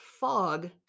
fog